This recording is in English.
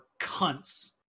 cunts